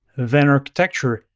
then architecture,